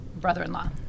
brother-in-law